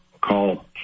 call